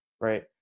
Right